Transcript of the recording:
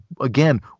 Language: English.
again